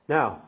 Now